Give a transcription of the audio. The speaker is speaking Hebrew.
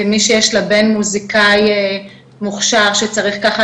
כמי שיש לה בן מוסיקאי מוכשר שצריך ככה